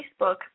Facebook